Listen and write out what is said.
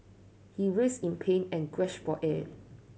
he in pain and gasped air